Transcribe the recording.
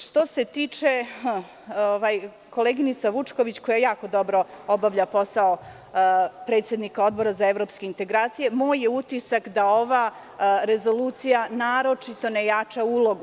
Što se tiče koleginice Vučković, koja jako dobro obavlja posao predsednika Odbora za evropske integracije, moje je utisak da ova rezolucija naročito ne jača ulogu.